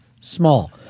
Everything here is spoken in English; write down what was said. Small